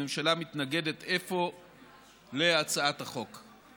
הממשלה מתנגדת אפוא להצעת החוק.